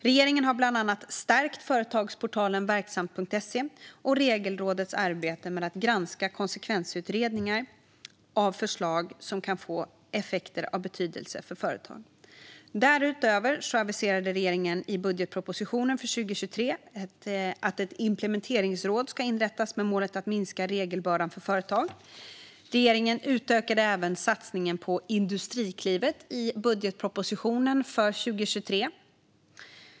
Regeringen har bland annat stärkt företagsportalen Verksamt.se och Regelrådets arbete med att granska konsekvensutredningar av förslag som kan få effekter av betydelse för företag. Därutöver aviserade regeringen i budgetpropositionen för 2023 att ett implementeringsråd ska inrättas med målet att minska regelbördan för företag. Regeringen utökade även satsningen på Industriklivet i budgetpropositionen för 2023.